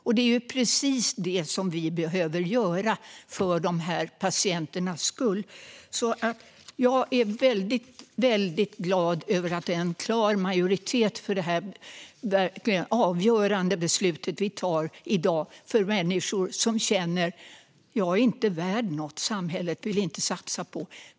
Och det är precis det som vi behöver göra för de här patienternas skull. Jag är väldigt glad över att det är en klar majoritet för detta verkligen avgörande beslut som vi ska ta i dag för människor som känner: Jag är inte värd något. Samhället vill inte satsa på mig.